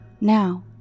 Now